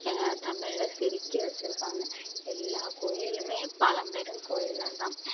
எங்கே தமிழில் செதுக்கி வெச்சிருக்காங்க எல்லா கோவிலுமே பழம்பெரும் கோவில்கள் தான்